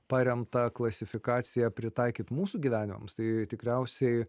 paremtą klasifikaciją pritaikyt mūsų gyvenimams tai tikriausiai